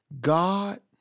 God